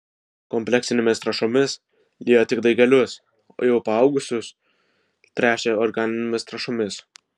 kompleksinėmis trąšomis liejo tik daigelius o jau paaugusius tręšė organinėmis trąšomis